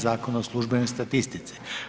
Zakona o službenoj statistici.